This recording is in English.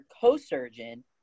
co-surgeon